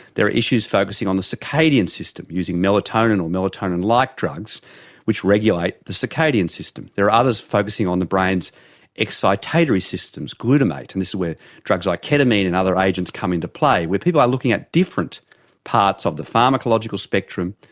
there are issues focusing on the circadian system using melatonin or melatonin-like drugs which regulate the circadian system. there are others focusing on the brain's excitatory systems, glutamate, and this is where drugs like ketamine and other agents come into play, where people are looking at different parts of the pharmacological spectrum,